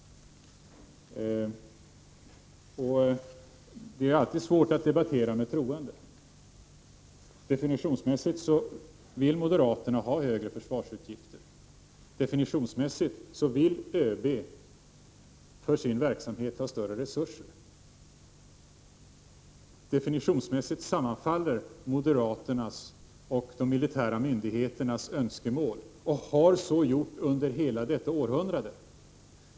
Och det är alltid svårt att debattera med troende. Definitionsmässigt vill moderaterna ha högre försvarsutgifter. Definitionsmässigt vill ÖB ha större resurser för sin verksamhet. Definitionsmässigt sammanfaller moderaternas och de militära myndigheternas önskemål och har så gjort under hela detta århundrade.